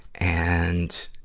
and,